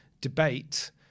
debate